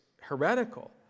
heretical